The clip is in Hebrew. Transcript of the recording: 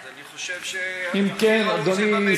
אז אני חושב, במליאה.